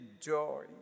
joy